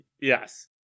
Yes